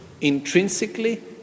intrinsically